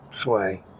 sway